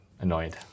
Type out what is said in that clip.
annoyed